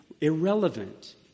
irrelevant